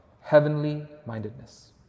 heavenly-mindedness